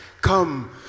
come